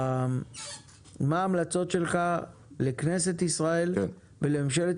מה ההמלצות שלך לכנסת ישראל ולממשלת